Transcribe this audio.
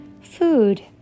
Food